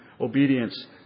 obedience